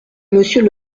monsieur